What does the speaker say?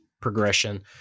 progression